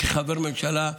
כחבר ממשלה,